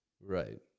Right